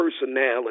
personality